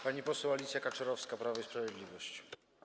Pani poseł Alicja Kaczorowska, Prawo i Sprawiedliwość.